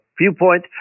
viewpoint